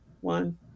one